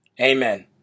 Amen